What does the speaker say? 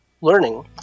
learning –